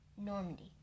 Normandy